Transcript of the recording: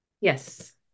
Yes